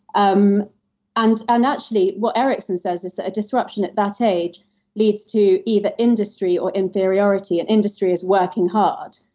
um and and actually, what erickson says is that a disruption at that age leads to either industry or inferiority, and industry is working hard.